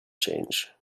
change